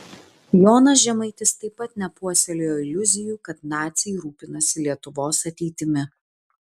jonas žemaitis taip pat nepuoselėjo iliuzijų kad naciai rūpinasi lietuvos ateitimi